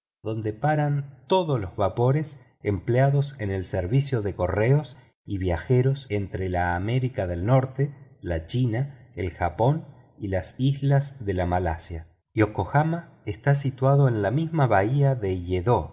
donde paran todos los vapores empleados en el servicio de correos y viajeros entre la américa del norte la china el japón y las islas de la malasia yokohama está situado en la misma bahía de yedo